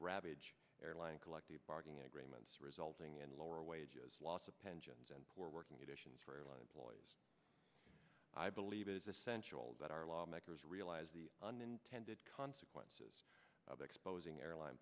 ravage airline collective bargaining agreements resulting in lower wages loss of pensions and poor working conditions for airline employees i believe it is essential that our lawmakers realize the unintended consequences of exposing airline